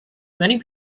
many